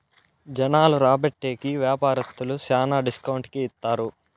జనాలు రాబట్టే కి వ్యాపారస్తులు శ్యానా డిస్కౌంట్ కి ఇత్తారు